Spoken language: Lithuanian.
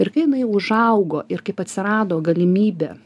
ir kai jinai užaugo ir kaip atsirado galimybė